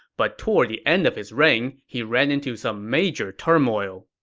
but toward the end of his reign, he ran into some major turmoil.